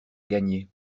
gagner